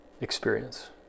experience